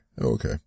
Okay